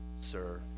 sir